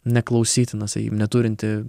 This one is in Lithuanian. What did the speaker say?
neklausytina sakykim neturinti